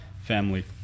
family